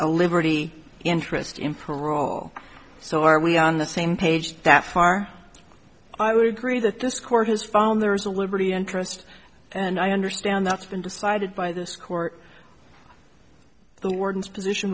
a liberty interest in parole so are we on the same page that far i would agree that this court has found there is a liberty interest and i understand that's been decided by this court the warden's position